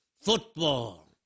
football